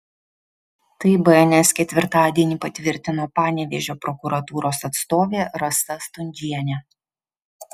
tai bns ketvirtadienį patvirtino panevėžio prokuratūros atstovė rasa stundžienė